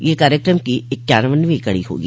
यह कार्यक्रम की इक्यावनवीं कडी होगी